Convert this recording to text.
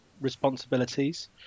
responsibilities